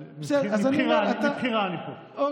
אבל מבחירה אני פה,